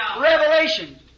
Revelation